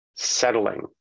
settling